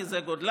כי זה גודלה,